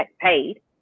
paid